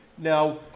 Now